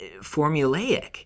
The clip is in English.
formulaic